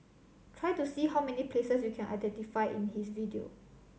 try to see how many places you can identify in his video